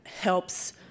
helps